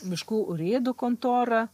miškų urėdų kontora